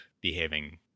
behaving